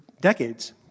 decades